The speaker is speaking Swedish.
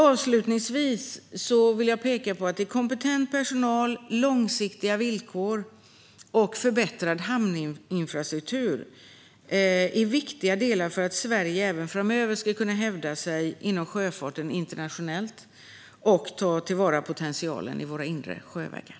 Avslutningsvis vill jag peka på att kompetent personal, långsiktiga villkor och förbättrad hamninfrastruktur är viktiga delar för att Sverige även framöver ska kunna hävda sig inom sjöfarten internationellt och ta till vara potentialen i våra inre sjövägar.